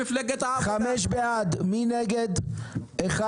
הצבעה בעד 5 נגד 1